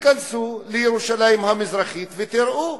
ותיכנסו לירושלים המזרחית ותראו.